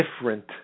different